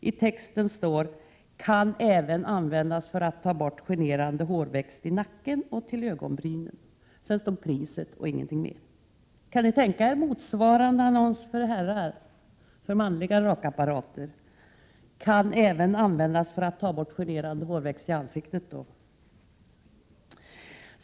I texten står: Kan även användas för att ta bort generande hårväxt i nacken och till ögonbrynen. Sedan stod priset och ingenting mer. Kan ni tänka er motsvarande annons för manliga rakapparater: Kan även användas för att ta bort generande hårväxt i ansiktet.